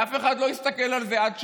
ואף אחד לא הסתכל על זה, עד שמה?